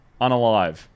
Unalive